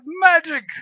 magic